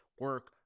Work